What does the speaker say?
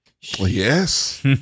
Yes